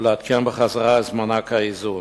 ולעדכן בחזרה את מענק האיזון.